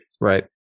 Right